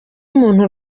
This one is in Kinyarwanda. umuntu